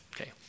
Okay